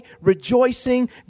rejoicing